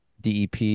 DEP